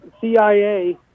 CIA